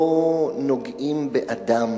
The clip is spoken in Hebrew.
לא נוגעים באדם,